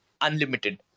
unlimited